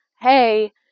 hey